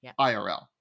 IRL